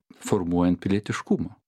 formuojant pilietiškumą